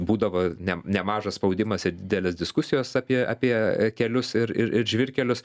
būdavo ne nemažas spaudimas ir didelės diskusijos apie apie kelius ir ir ir žvyrkelius